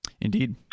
indeed